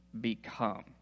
become